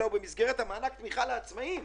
הוא במסגרת מענק התמיכה לעצמאיים.